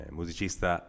musicista